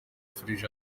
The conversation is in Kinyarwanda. fulgence